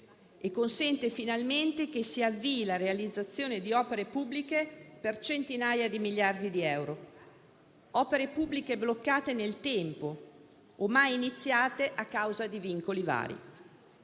e consente finalmente che si avvii la realizzazione di opere pubbliche per centinaia di miliardi di euro, bloccate nel tempo o mai iniziate a causa di vincoli vari.